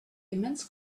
immense